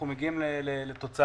אנחנו מגיעים לתוצאה.